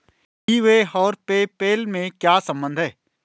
ई बे और PayPal में क्या संबंध है?